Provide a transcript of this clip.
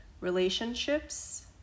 relationships